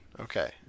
okay